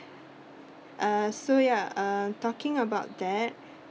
uh so ya uh talking about that